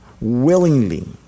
willingly